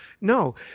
No